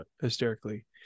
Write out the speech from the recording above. hysterically